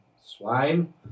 swine